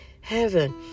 heaven